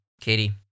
Katie